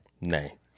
Nay